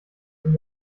von